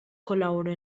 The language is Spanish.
colaboró